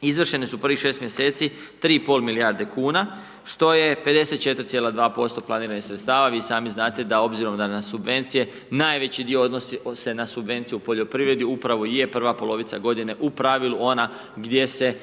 izvršene su u prvih 6 mjeseci 3,5 milijarde kuna što je 54,2% planiranih sredstava. Vi i sami znate da obzirom da na subvencije najveći dio odnosi se na subvenciju u poljoprivredni, upravo i je prva polovica godine u pravilu ona gdje se